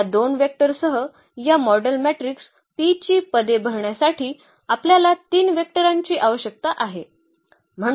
तर या 2 वेक्टर सह या मॉडेल मॅट्रिक्स P ची पदे भरण्यासाठी आपल्याला 3 वेक्टरांची आवश्यकता आहे